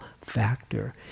factor